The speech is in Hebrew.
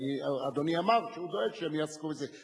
ואדוני אמר שהוא דואג שהם יעסקו בזה.